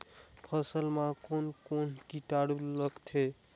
फसल मा कोन कोन सा कीटाणु लगथे?